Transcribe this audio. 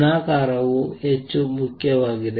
ಗುಣಾಕಾರವು ಹೆಚ್ಚು ಮುಖ್ಯವಾಗಿದೆ